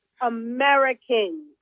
Americans